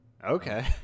Okay